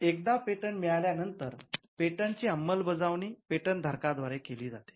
एकदा पेटंट मिळाल्यानंतर पेटंटची अंमलबजावणी पेटंट धारकाद्वारे केली जाते